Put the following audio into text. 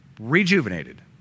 Rejuvenated